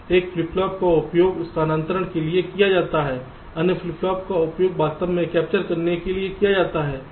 एक flip flop का उपयोग स्थानांतरण के लिए किया जाता है अन्य फ्लिप फ्लॉप का उपयोग वास्तव में कैप्चर करने के लिए किया जाता है